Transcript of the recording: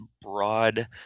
broad